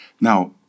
Now